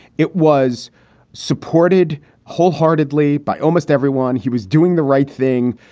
it was supported wholeheartedly by almost everyone. he was doing the right thing.